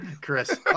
Chris